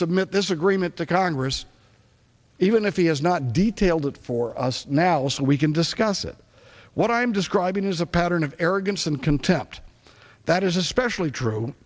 submit this agreement to congress even if he has not detailed it for us now so we can discuss it what i'm describing is a pattern of arrogance and contempt that is especially true